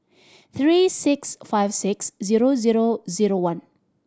three six five six zero zero zero one